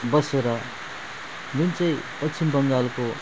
बसेर जुन चाहिँ पश्चिम बङ्गालको